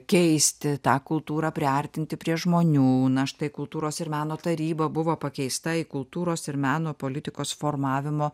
keisti tą kultūrą priartinti prie žmonių na štai kultūros ir meno taryba buvo pakeista į kultūros ir meno politikos formavimo